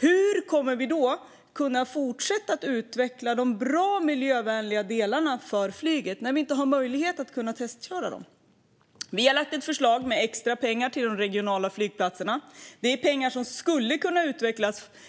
Hur kommer vi att kunna fortsätta att utveckla de bra, miljövänliga delarna för flyget om vi inte har möjlighet att testköra dem? Vi har lagt fram ett förslag med extra pengar till de regionala flygplatserna. Det är pengar som skulle kunna